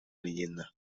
leyenda